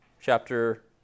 chapter